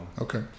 Okay